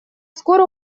скоро